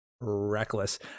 reckless